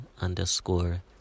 underscore